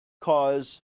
cause